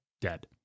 dead